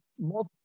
more